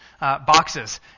Boxes